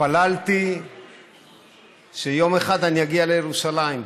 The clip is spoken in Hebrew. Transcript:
התפללתי שיום אחד אני אגיע לירושלים,